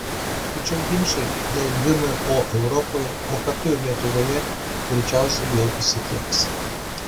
tačiau ginčai dėl gmo europoje o kartu ir lietuvoje greičiausiai vėl įsiplieks